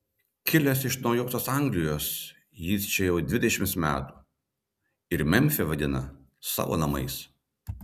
kilęs iš naujosios anglijos jis čia jau dvidešimt metų ir memfį vadina savo namais